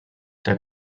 der